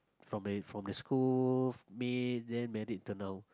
from the from the school meet then married to now